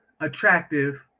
attractive